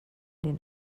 den